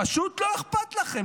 פשוט לא אכפת לכם.